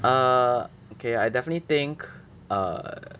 err okay I definitely think err